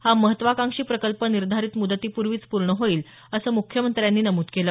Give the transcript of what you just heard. हा महत्वाकांक्षी प्रकल्प निर्धारित मुदतीपूर्वीच पूर्ण होईल असं मुख्यमंत्र्यांनी नमूद केलं